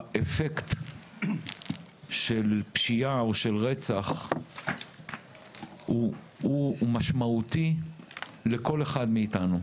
האפקט של פשיעה או של רצח הוא משמעותי לכל אחד מאיתנו.